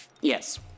Yes